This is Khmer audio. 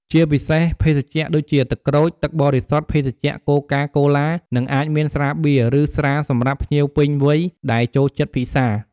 ជាពិសេសភេសជ្ជៈដូចជាទឹកក្រូច ទឹកបរិសុទ្ធ ភេសជ្ជៈកូកា-កូឡា និងអាចមានស្រាបៀរ ឬស្រាសម្រាប់ភ្ញៀវពេញវ័យដែលចូលចិត្តពិសារ។